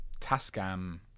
tascam